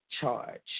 charge